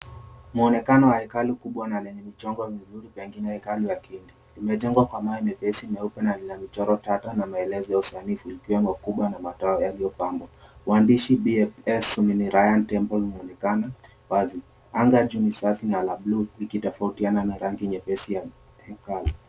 Muonekana wa hekalu kubwa na lenye michongo mizuri, pengine hekalu ya Kihindi. Limejengwa kwa mawe mepesi meupe, na lina michoro tatata na maelezo ya usanifu, likiwemo kubwa na matawa yaliyopambwa. Uandishi bfs uminayaran temple umeonekana wazi. Anga juu ni safi na la blue , likitafautiana na rangi nyepesi ya hekalu.